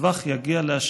הטווח יגיע לאשקלון".